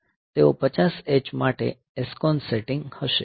તેઓ 50 H માટે SCON setting હશે